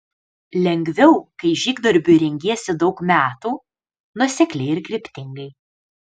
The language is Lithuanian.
lengviau kai žygdarbiui rengiesi daug metų nuosekliai ir kryptingai